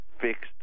fixed